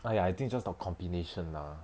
!aiya! I think is just the combination lah